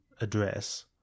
address